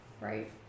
right